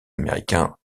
américain